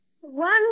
One